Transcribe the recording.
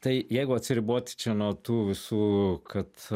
tai jeigu atsiriboti nuo tų visų kad